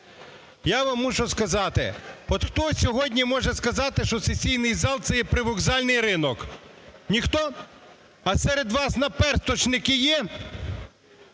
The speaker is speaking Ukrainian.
Я вам мушу сказати, от хто сьогодні може сказати, що сесійний зал це є привокзальний ринок. Ніхто? А серед вас "наперсточники" є?